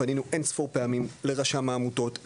פנינו אינספור פעמים לרשם העמותות,